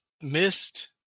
missed